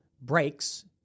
breaks